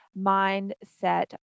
mindset